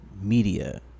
media